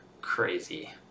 crazy